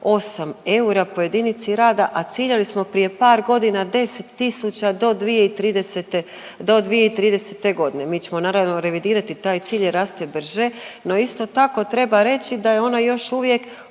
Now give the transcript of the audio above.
eura po jedinici rada, a ciljali smo, prije par godina 10 tisuća do 2030. g. Mi ćemo, naravno, revidirati taj cilj je rastao brže, no isto tako, treba reći da je ona još uvijek